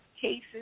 cases